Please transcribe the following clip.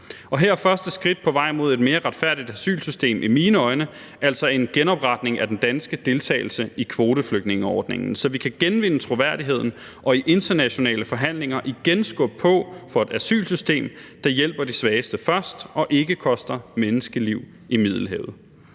her er første skridt på vejen mod et mere retfærdigt asylsystem i mine øjne altså en genopretning af den danske deltagelse i kvoteflygtningeordningen, så vi kan genvinde troværdigheden og i internationale forhandlinger igen skubbe på for et asylsystem, der hjælper de svageste først og ikke koster menneskeliv i Middelhavet.